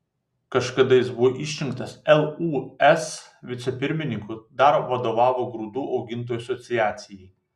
kažkada jis buvo išrinktas lūs vicepirmininku dar vadovavo grūdų augintojų asociacijai